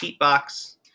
Heatbox